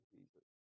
Jesus